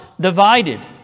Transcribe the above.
divided